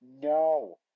no